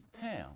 town